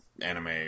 anime